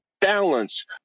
balance